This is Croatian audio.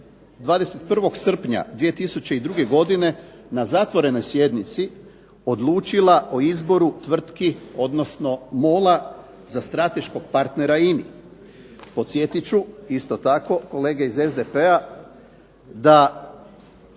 21. srpnja 2002. godine na zatvorenoj sjednici odlučila o izboru tvrtki odnosno MOL-a za strateškog partnera INA-i. Podsjetit ću isto tako kolege iz SDP-a da